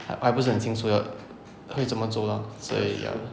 还还不是很清楚要会这么走 ah 所以 ya